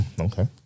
Okay